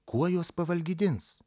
kuo juos pavalgydins